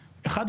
המדינה.